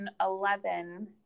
2011